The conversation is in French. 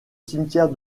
cimetière